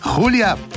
Julia